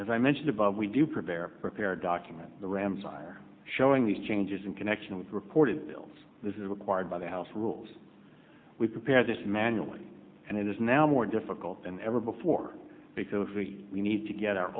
as i mentioned above we do prepare prepare document the rams are showing these changes in connection with the reported bills this is required by the house rules we prepared this manually and it is now more difficult than ever before because we need to get our